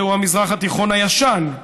זהו המזרח התיכון הישן?